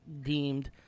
deemed